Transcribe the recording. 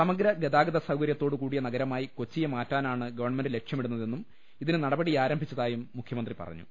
സമഗ്ര ഗതാഗത സൌകര്യത്തോടു കൂടിയ നഗരമായി കൊച്ചിയെ മാറ്റാനാണ് ഗവൺമെന്റ് ലക്ഷ്യമി ടുന്നതെന്നും ഇതിന് നടപടിയാരംഭിച്ചതായും മുഖ്യമന്ത്രി പറഞ്ഞു